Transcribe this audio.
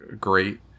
great